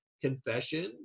confession